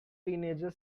teenager